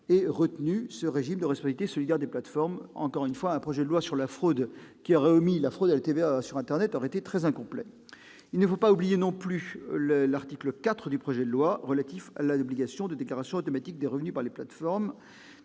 ait retenu ce régime de responsabilité solidaire des plateformes. Je le répète, un projet de loi relatif à la lutte contre la fraude qui aurait omis la fraude à la TVA sur internet aurait été très incomplet. Ne l'oublions pas, l'article 4 du projet de loi, relatif à l'obligation de déclaration automatique des revenus par les plateformes,